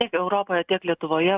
tiek europoje tiek lietuvoje